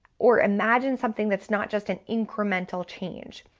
or imagine something that's not just an incremental change,